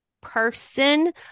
person